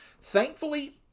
Thankfully